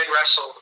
wrestle